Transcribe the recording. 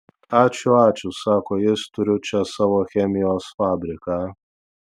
ačiū ačiū sako jis turiu čia savo chemijos fabriką